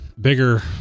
bigger